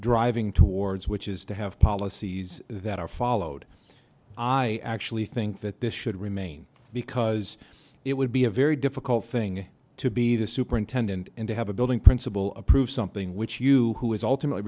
driving towards which is to have policies that are followed i actually think that this should remain because it would be a very difficult thing to be the superintendent and to have a building principal approve something which you who is ultimately